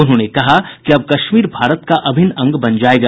उन्होंने कहा कि अब कश्मीर भारत का अभिन्न अंग बन जायेगा